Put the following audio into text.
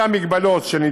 גם את